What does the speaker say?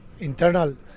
internal